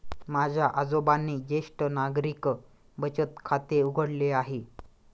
माझ्या आजोबांनी ज्येष्ठ नागरिक बचत खाते उघडले आहे